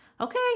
okay